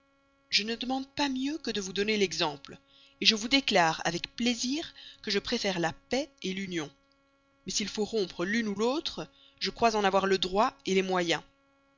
je ne demande pas mieux que de vous en donner l'exemple je déclare avec plaisir que je préfère la paix l'union mais s'il faut rompre l'une l'autre je crois en avoir le droit les moyens